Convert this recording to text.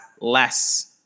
less